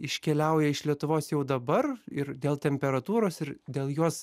iškeliauja iš lietuvos jau dabar ir dėl temperatūros ir dėl jos